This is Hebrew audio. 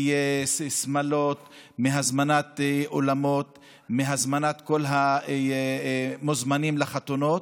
שמלות, הזמנת אולמות, הזמנת כל המוזמנים לחתונה,